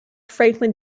franklin